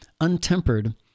Untempered